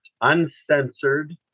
uncensored